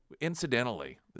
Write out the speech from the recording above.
Incidentally